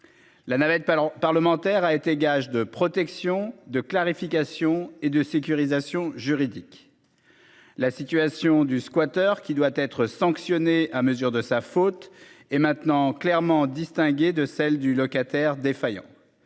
La navette parlementaire a été gage de protection de clarification et de sécurisation juridique. La situation du squatters qui doit être sanctionné à mesure de sa faute et maintenant clairement distinguer de celle du locataire défaillant.